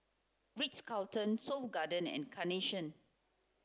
Ritz Carlton Seoul Garden and Carnation